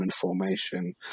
formation